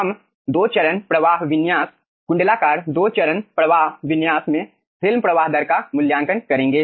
हम दो चरण प्रवाह विन्यास कुंडलाकार दो चरण प्रवाह विन्यास में फिल्म प्रवाह दर का मूल्यांकन करेंगे